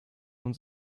uns